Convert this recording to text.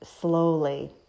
slowly